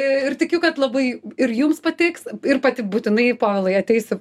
ir tikiu kad labai ir jums patiks ir pati būtinai povilai ateisiu